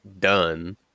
done